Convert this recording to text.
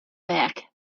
back